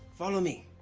follow me,